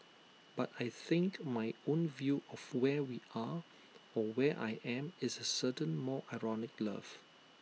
but I think my own view of where we are or where I am is A certain more ironic love